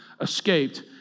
escaped